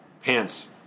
pants